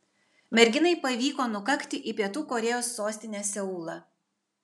merginai pavyko nukakti į pietų korėjos sostinę seulą